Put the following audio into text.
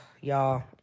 Y'all